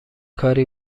کاری